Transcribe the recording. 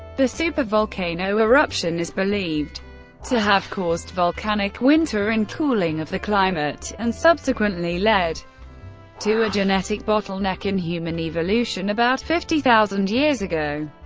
the supervolcano eruption is believed to have caused volcanic winter and cooling of the climate, and subsequently led to a genetic bottleneck in human evolution about fifty thousand years ago.